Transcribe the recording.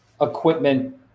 equipment